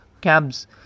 cabs